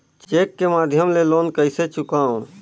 Cheque के माध्यम ले लोन कइसे चुकांव?